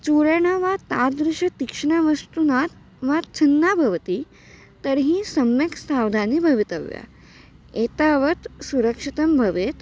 चूरणं वा तादृशं तीक्ष्णवस्तुना वा छिन्ना भवति तर्हि सम्यक् सावधानं भवितव्यम् एतावत् सुरक्षितं भवेत्